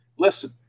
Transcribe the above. Listen